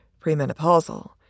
premenopausal